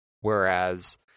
whereas